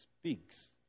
speaks